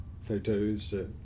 photos